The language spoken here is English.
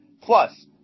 Plus